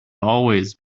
always